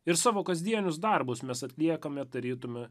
ir savo kasdienius darbus mes atliekame tarytum